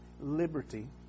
liberty